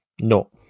No